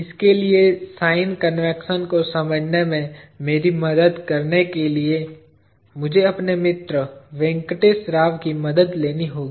इसके लिए sign convention को समझने में मेरी मदद करने के लिए मुझे अपने मित्र वेंकटेश्वर राव की मदद लेनी होगी